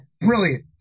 Brilliant